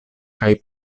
kaj